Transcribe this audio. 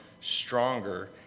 stronger